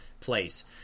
place